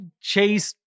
Chase